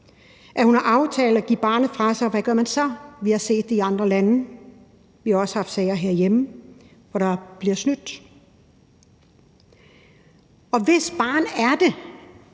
at hun har aftalt at give barnet fra sig – og hvad gør man så? Vi har set det i andre lande. Vi har også haft sager herhjemme, hvor der er blevet snydt. Og hvis barn er det?